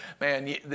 man